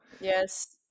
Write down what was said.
yes